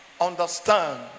understand